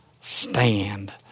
stand